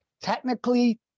Technically